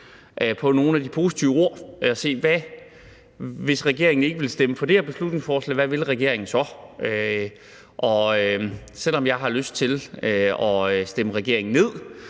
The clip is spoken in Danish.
på nogle af de positive ord. Hvis regeringen ikke vil stemme for det her beslutningsforslag, hvad vil regeringen så? Selv om jeg har lyst til at stemme regeringen ned,